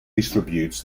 distributes